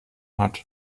hat